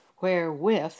wherewith